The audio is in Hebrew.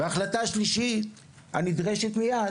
וההחלטה השלישית הנדרשת מיד,